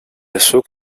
assauts